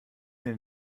den